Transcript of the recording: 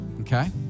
okay